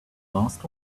last